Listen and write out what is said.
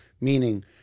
Meaning